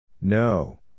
No